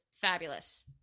fabulous